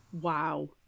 Wow